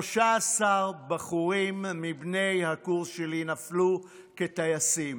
13 בחורים מבני הקורס שלי נפלו כטייסים,